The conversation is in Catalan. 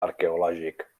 arqueològic